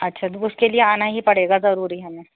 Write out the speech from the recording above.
اچھا تو اس کے لیے آنا ہی پڑے گا ضروری ہمیں